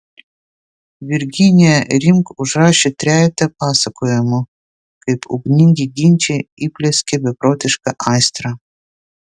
virginija rimk užrašė trejetą pasakojimų kaip ugningi ginčai įplieskė beprotišką aistrą